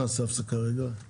אני מציע שתעצרי עכשיו